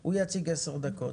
הוא יציג עשר דקות.